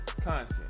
content